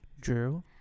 Drew